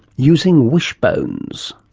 using wishbones.